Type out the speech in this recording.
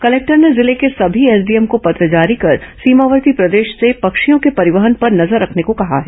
collector ने जिले के समी एसडीएम को पत्र जारी कर सीमावर्ती प्रदेश से पक्षियों के परिवहन पर नजर रखने को कहा है